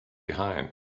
behind